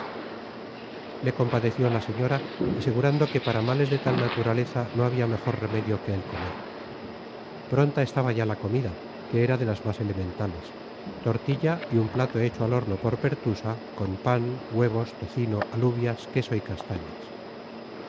le compadeció la señora asegurando que para males de tal naturaleza no había mejor remedio que el comer pronta estaba ya la comida que era de las más elementales tortilla y un plato hecho al horno por pertusa con pan huevos tocino alubias queso y castañas